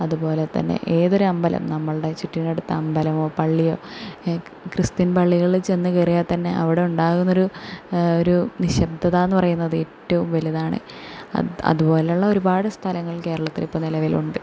അതുപോലെ തന്നെ ഏതൊരമ്പലം നമ്മളുടെ ചുറ്റിനടുത് അമ്പലവോ പള്ളിയോ ക്രിസ്ത്യൻ പള്ളികളിൽ ചെന്നുകയറിയാൽ തന്നെ അവിടെ ഉണ്ടാകുന്നൊരു ഒരു നിശബ്ദതാന്നു പറയുന്നത് ഏറ്റവും വലുതാണ് അതു അതുപോലുള്ള ഒരുപാട് സ്ഥലങ്ങൾ കേരളത്തിൽ ഇപ്പോൾ നിലവിലുണ്ട്